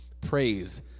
praise